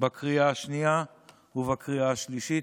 בקריאה השנייה ובקריאה השלישית.